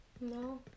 No